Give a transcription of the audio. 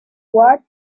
ward